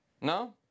No